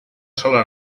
sola